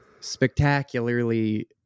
spectacularly